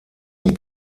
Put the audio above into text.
zum